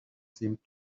seemed